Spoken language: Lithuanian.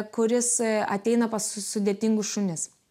kuris ateina pas sudėtingus šunis